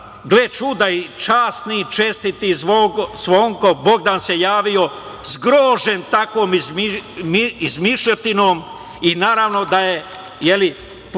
Gle čuda, časni i čestiti Zvonko Bogdan se javio zgrožen takvom izmišljotinom i naravno da je negirao